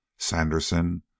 sanderson